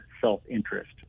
self-interest